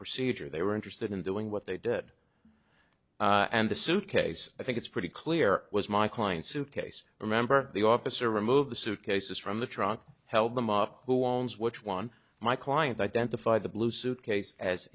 procedure they were interested in doing what they did and the suitcase i think it's pretty clear was my client's suitcase remember the officer remove the suitcases from the trunk held them up who owns which won my client identify the blue suit case as